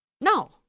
No